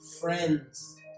friends